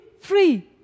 free